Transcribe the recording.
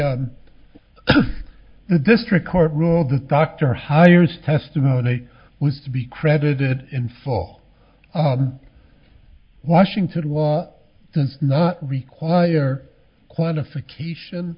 the the district court ruled the doctor hires testimony was to be credited in fall washington law does not require qualification